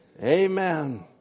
Amen